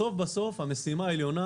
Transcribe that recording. בסוף המשימה העליונה,